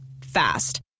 Fast